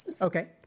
Okay